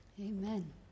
Amen